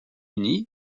unis